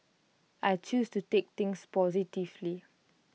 I choose to take things positively